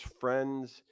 friends